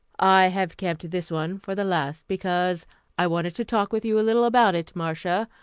i have kept this one for the last because i wanted to talk with you a little about it, marcia.